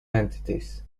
entities